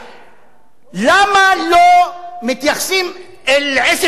למה לא מתייחסים אל עוספיא ודאלית-אל-כרמל,